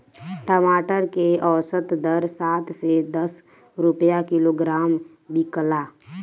टमाटर के औसत दर सात से दस रुपया किलोग्राम बिकला?